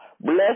Bless